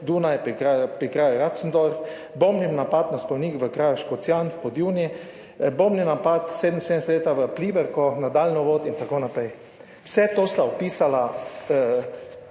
kraju pri kraju Ratzendorf, bombni napad na spomenik v kraju Škocjan v Podjuni, bombni napad 1977 leta v Pliberku na daljnovod in tako naprej. Vse to sta opisala